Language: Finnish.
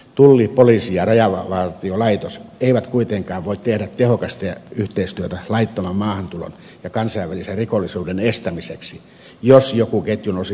tulli poliisi ja rajavartiolaitos eivät kuitenkaan voi tehdä tehokasta yhteistyötä laittoman maahantulon ja kansainvälisen rikollisuuden estämiseksi jos joku ketjun osista pettää